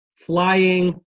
flying